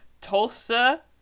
Tulsa